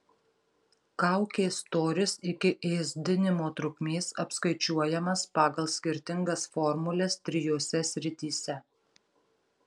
kaukės storis iki ėsdinimo trukmės apskaičiuojamas pagal skirtingas formules trijose srityse